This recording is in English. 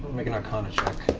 make an arcana check,